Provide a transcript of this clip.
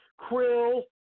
krill